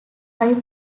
five